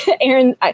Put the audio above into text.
aaron